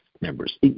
members